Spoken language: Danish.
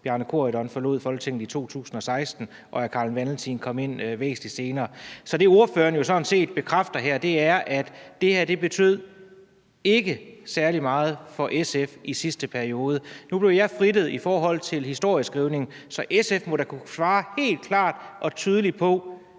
Bjarne Corydon forlod Folketinget i 2016, og hr. Carl Valentin kom ind væsentlig senere. Så det, ordføreren jo sådan set bekræfter her, er, at det her ikke betød særlig meget for SF i sidste periode. Nu blev jeg udfrittet i forhold til historieskrivningen, så SF må da kunne svare helt klart og tydeligt på,